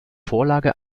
vorlage